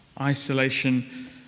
isolation